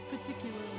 particularly